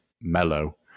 mellow